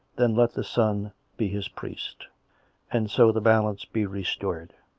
then let the son be his priest and so the balance be restored.